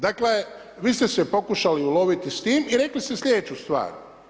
Dakle vi ste se pokušali uloviti s time i rekli ste sljedeću stvar.